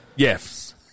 Yes